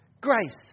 grace